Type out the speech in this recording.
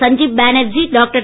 Sanjib Banerjee doctor